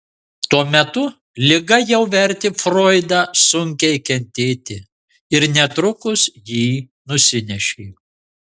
tuo metu liga jau vertė froidą sunkiai kentėti ir netrukus jį nusinešė